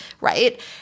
right